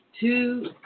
two